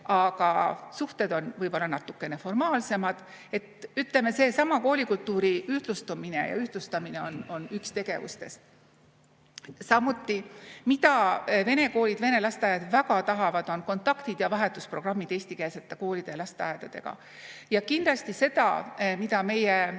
aga suhted on võib-olla natukene formaalsemad. Ütleme, seesama koolikultuuri ühtlustumine ja ühtlustamine on üks tegevustest. Samuti, mida vene koolid ja vene lasteaiad väga tahavad, on kontaktid ja vahetusprogrammid eestikeelsete koolide ja lasteaedadega. Ja kindlasti seda, mida meie